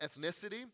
ethnicity